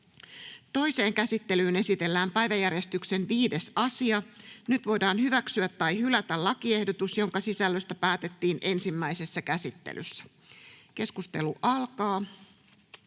Toiseen käsittelyyn esitellään päiväjärjestyksen 4. asia. Nyt voidaan hyväksyä tai hylätä lakiehdotus, jonka sisällöstä päätettiin ensimmäisessä käsittelyssä. — Keskustelu alkaa.